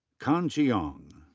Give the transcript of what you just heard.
can jiang.